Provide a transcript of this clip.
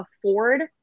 afford